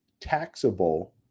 taxable